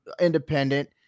independent